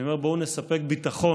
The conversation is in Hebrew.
אני אומר: בואו נספק ביטחון,